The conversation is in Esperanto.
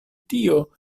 tio